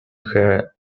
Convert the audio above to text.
her